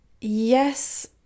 yes